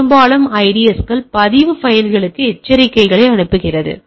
பெரும்பாலான ஐடிஎஸ்கள் பதிவு பைல்களுக்கு எச்சரிக்கைகளை அனுப்புகின்றன